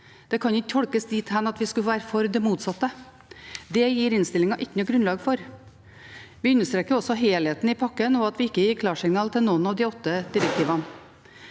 Det kan ikke tolkes dit hen at vi skulle være for det motsatte. Det gir ikke innstillingen noe grunnlag for. Vi understreker også helheten i pakken, og at vi ikke gir klarsignal til noen av de åtte direktivene.